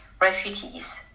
refugees